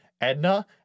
Edna